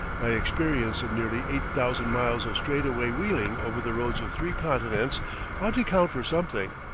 my experience of nearly eight thousand miles of straightaway wheeling over the roads of three continents ought to count for something,